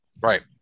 Right